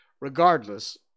Regardless